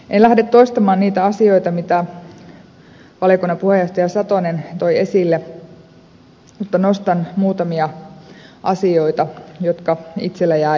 en lähde toistamaan niitä asioita mitä valiokunnan puheenjohtaja satonen toi esille mutta nostan muutamia asioita jotka itselleni jäivät mieleen asian valiokuntakäsittelyssä